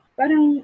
parang